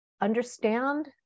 understand